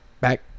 Back